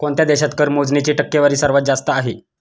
कोणत्या देशात कर मोजणीची टक्केवारी सर्वात जास्त आहे?